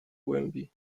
głębi